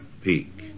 peak